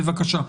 בבקשה.